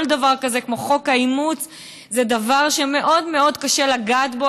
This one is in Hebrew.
כל דבר כזה כמו חוק האימוץ זה דבר שמאוד מאוד קשה לגעת בו,